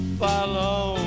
follow